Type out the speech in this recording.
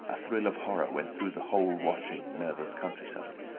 a thrill of horror went through the whole watching nervous countryside.